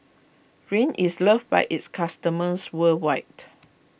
Rene is loved by its customers worldwide